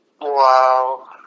Wow